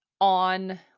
on